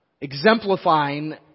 Exemplifying